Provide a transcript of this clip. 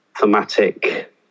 thematic